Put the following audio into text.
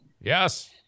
Yes